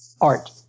art